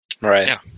Right